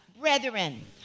brethren